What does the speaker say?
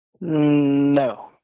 No